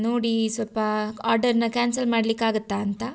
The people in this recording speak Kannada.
ನೋಡಿ ಸ್ವಲ್ಪ ಆರ್ಡರನ್ನ ಕ್ಯಾನ್ಸಲ್ ಮಾಡ್ಲಿಕ್ಕೆ ಆಗುತ್ತಾ ಅಂತ